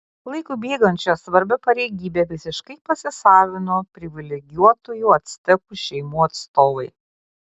laikui bėgant šią svarbią pareigybę visiškai pasisavino privilegijuotųjų actekų šeimų atstovai